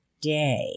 Day